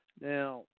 Now